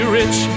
rich